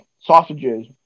Sausages